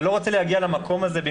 אתה לא רוצה להגיע למקום הזה.